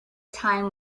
time